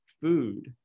food